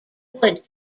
wood